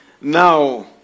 Now